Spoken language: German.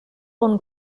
und